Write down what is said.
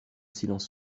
silence